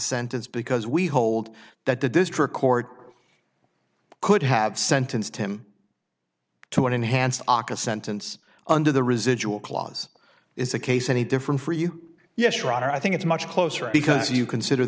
sentence because we hold that the district court could have sentenced him to an enhanced aka sentence under the residual clause is a case any different for you yes roger i think it's much closer because you consider